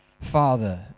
Father